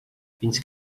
fins